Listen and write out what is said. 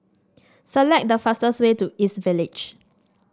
select the fastest way to East Village